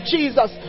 Jesus